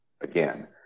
again